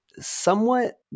somewhat